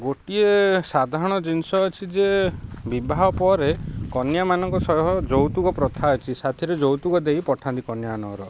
ଗୋଟିଏ ସାଧାରଣ ଜିନିଷ ଅଛି ଯେ ବିବାହ ପରେ କନ୍ୟାମାନଙ୍କ ସହ ଯୌତୁକ ପ୍ରଥା ଅଛି ସାଥିରେ ଯୌତୁକ ଦେଇ ପଠାନ୍ତି କନ୍ୟାମାନଙ୍କର